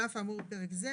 על אף האמור בפרק זה,